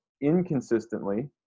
inconsistently